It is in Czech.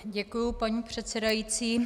Děkuji, paní předsedající.